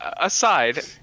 aside